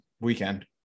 weekend